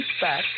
back